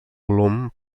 volum